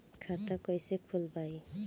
खाता कईसे खोलबाइ?